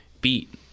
beat